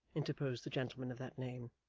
interposed the gentleman of that name.